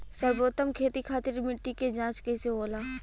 सर्वोत्तम खेती खातिर मिट्टी के जाँच कईसे होला?